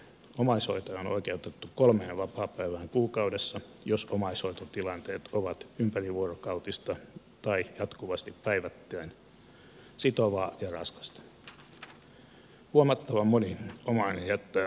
omaishoitaja on oikeutettu kolmeen vapaapäivään kuukaudessa jos omaishoitotilanteet ovat ympärivuorokautisia tai jatkuvasti päivittäin sitovia ja raskaita